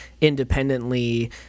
independently